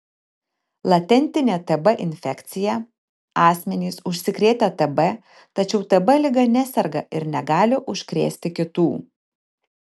latentinė tb infekcija asmenys užsikrėtę tb tačiau tb liga neserga ir negali užkrėsti kitų